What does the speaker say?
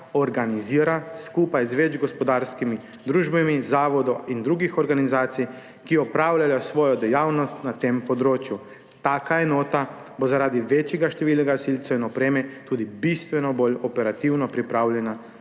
organizira skupaj z več gospodarskimi družbami, zavodi in drugimi organizacijami, ki opravljajo svojo dejavnost na tem področju. Taka enota bo zaradi večjega števila gasilcev in opreme tudi bistveno bolj operativno pripravljena